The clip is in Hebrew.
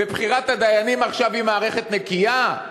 ובחירת הדיינים עכשיו היא מערכת נקייה?